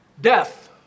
death